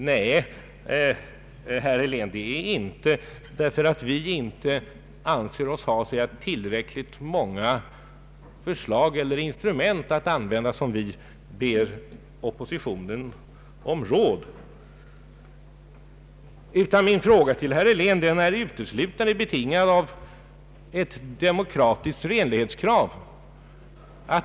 Nej, herr Helén, det är inte för att vi inte har tillräckligt många förslag eller instrument att använda som vi ber oppositionen om råd. Min fråga till herr Helén är uteslutande betingad av ett demokratiskt renlighetskrav.